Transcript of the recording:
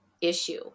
issue